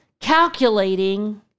calculating